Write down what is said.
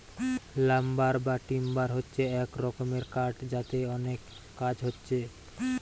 lumber বা timber হচ্ছে এক রকমের কাঠ যাতে অনেক কাজ হচ্ছে